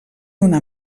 una